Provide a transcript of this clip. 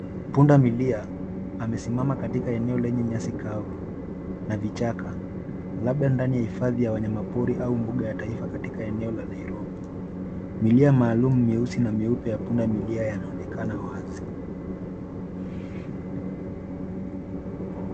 Punda milia amesimama katika eneo lenye nyasi kavu na vichaka, labda ndani ya hifadhi ya wanyama pori au mbuga ya taifa katika eneo la Nairobi. Milia maalum myeusi na myeupe ya punda milia yanaonekana wazi.